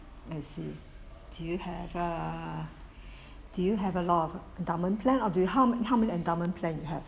I see do you have uh do you have a lot of endowment plan or do you how many how many endowment plan you have